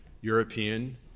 European